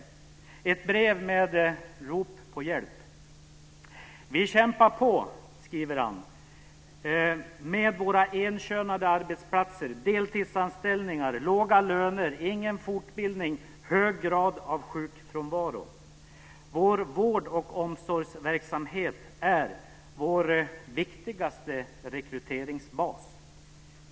Det var ett brev med rop på hjälp: "Vi kämpar på", skriver han, "med våra enkönade arbetsplatser, deltidsanställningar, låga löner, ingen fortbildning, hög grad av sjukfrånvaro. Vår vård och omsorgsverksamhet är vår viktigaste rekryteringsbas.